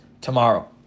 tomorrow